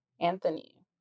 anthony